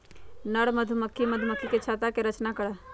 नर मधुमक्खी मधुमक्खी के छत्ता के रचना करा हई